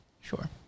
sure